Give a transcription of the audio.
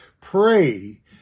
Pray